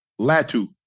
Latu